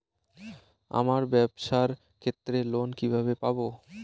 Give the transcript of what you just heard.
আমার ব্যবসার ক্ষেত্রে লোন কিভাবে পাব?